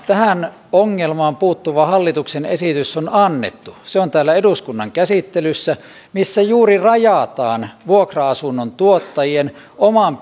tähän ongelmaan puuttuva hallituksen esitys on annettu se on täällä eduskunnan käsittelyssä missä juuri rajataan vuokra asunnontuottajien oman